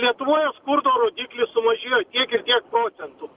lietuvoje skurdo rodiklis sumažėjo tiek ir tiek procentų